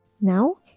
Now